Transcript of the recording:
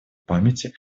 памяти